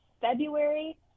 February